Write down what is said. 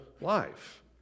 life